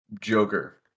Joker